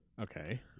Okay